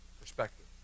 perspective